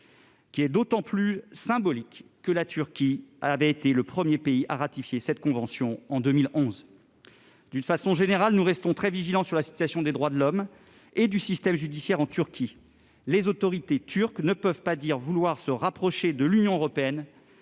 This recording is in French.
qui est d'autant plus symbolique que ce pays avait été le premier pays à ratifier la convention en 2011. D'une façon générale, nous restons très vigilants sur la situation des droits de l'homme et du système judiciaire en Turquie. Les autorités turques ne peuvent pas dire vouloir se rapprocher de l'Union européenne